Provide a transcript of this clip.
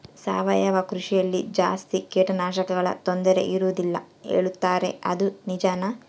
ಸಾವಯವ ಕೃಷಿಯಲ್ಲಿ ಜಾಸ್ತಿ ಕೇಟನಾಶಕಗಳ ತೊಂದರೆ ಇರುವದಿಲ್ಲ ಹೇಳುತ್ತಾರೆ ಅದು ನಿಜಾನಾ?